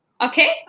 Okay